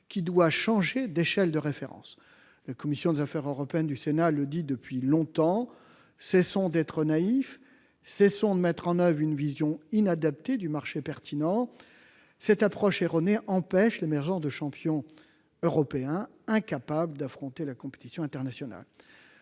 qui doit changer d'échelle de référence. La commission des affaires européennes du Sénat le répète depuis longtemps, cessons d'être naïfs, cessons de mettre en oeuvre une vision inadaptée du marché pertinent. Cette approche erronée empêche l'émergence de champions européens capables d'affronter la compétition internationale.